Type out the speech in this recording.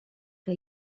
que